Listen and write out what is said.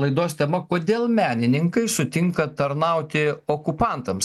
laidos tema kodėl menininkai sutinka tarnauti okupantams